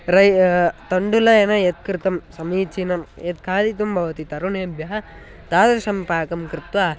रै तण्डुलेन यत्कृतं समीचीनं यत् खादितुं भवति तरुणेभ्यः तादृशं पाकं कृत्वा